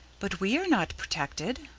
but we are not protected.